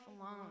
alone